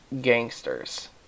gangsters